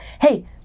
Hey